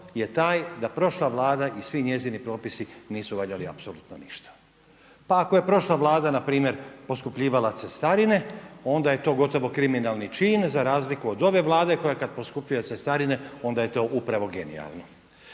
je taj da prošla Vlada i svi njezini propisi nisu valjali apsolutno ništa. Pa ako je prošla Vlada npr. poskupljivala cestarine onda je to gotovo kriminalni čin za razliku od ove Vlade koja kada poskupljuje cestarine onda je to upravo genijalno.